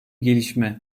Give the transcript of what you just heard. gelişme